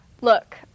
Look